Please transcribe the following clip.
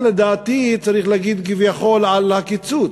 לדעתי גם צריך להגיד "כביכול" על הקיצוץ,